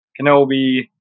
Kenobi